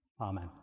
Amen